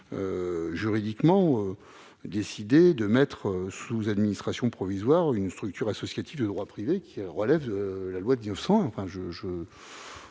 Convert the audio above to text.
juridiquement possible de mettre sous administration provisoire une structure associative de droit privé qui relève de la loi de 1901. Je ne